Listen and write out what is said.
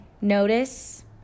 Notice